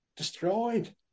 destroyed